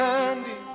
Handy